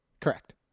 Correct